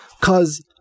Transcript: Cause